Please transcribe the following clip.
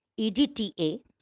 EDTA